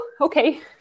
Okay